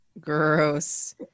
Gross